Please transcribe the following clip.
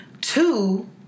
Two